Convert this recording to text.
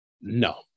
No